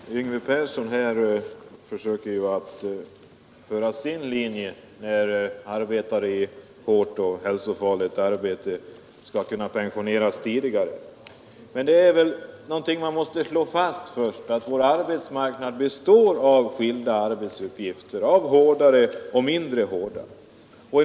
Herr talman! Yngve Persson försöker här driva sin linje att arbetare i hårt och hälsofarligt arbete skall kunna pensioneras tidigare. Man måste väl då först slå fast att det på vår arbetsmarknad finns skilda arbetsuppgifter, hårdare och mindre hårda arbeten.